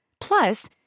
Plus